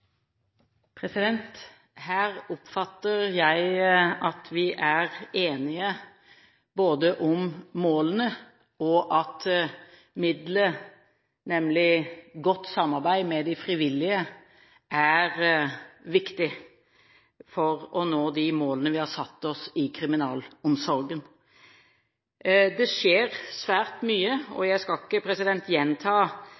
Her oppfatter jeg at vi er enige om målene, og at midlet, nemlig godt samarbeid med de frivillige, er viktig for å nå de målene vi har satt oss i kriminalomsorgen. Det skjer svært mye,